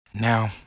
Now